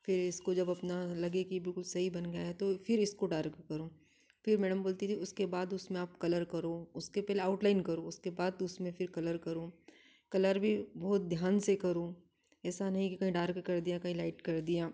फिर इसको जब अपना लगे कि बिलकुल सही बन गया है तो फ़िर इसको डार्क करो फिर मैडम बोलती थीं उसके बाद उसमें आप कलर करो उसके पहले आउटलाइन करो उसके बाद उसमें फ़िर कलर करो कलर भी बहुत ध्यान से करो एसा नहीं कि कहीं डार्क कर दिया कहीं लाइट कर दिया